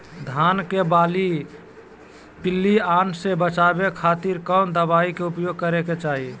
धान के बाली पिल्लूआन से बचावे खातिर कौन दवाई के उपयोग करे के चाही?